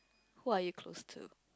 who are you close to